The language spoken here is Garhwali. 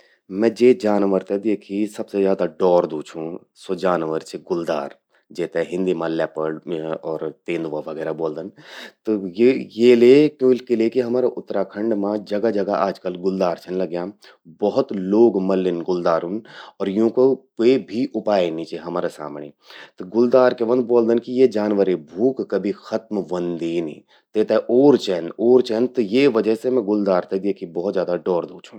मैं जे जानवर द्येखि सबसे ज्यादा डौरदूं, स्वो चि गुलदार। जेते हिंदि मां लैपर्ड और तेंदुआ वगैरह ब्वोलदन। त ये ले..किले कि हमरा उत्तराखंड मां जगा-जगा आजकल गुलदार छिन लग्यां। बहुत लोग मल्लिन गुलदारुंन। यूंकू क्वे भी उपाय नीं चि हमरा सामणि। गुलदार क्या व्हंद ब्वोल्दन कि ये जानवरे भूख कभि खत्म ह्वोंदी नीं। तेते ओर चेंद, ओर चेंद। त ये वजह से मैं गुलदार ते द्येखि ते भौत ज्यादा डौरदूं छूं।